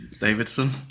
Davidson